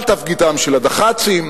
על תפקידם של הדח"צים,